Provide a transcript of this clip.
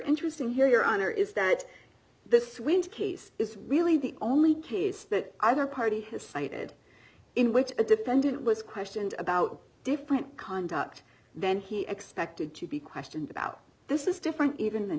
interesting here your honor is that this winter case is really the only case that either party has cited in which a defendant was questioned about different conduct then he expected to be questioned about this is different even th